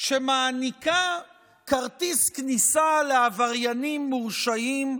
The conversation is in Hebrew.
שמעניקה כרטיס כניסה לעבריינים מורשעים,